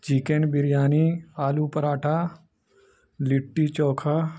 chicken biryani aloo paratha litti چوکھا